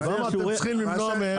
אז למה אתם צריכים למנוע מהם את הדבר הזה?